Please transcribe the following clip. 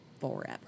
forever